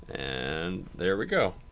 and, there we go.